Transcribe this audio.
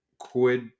Quid